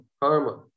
karma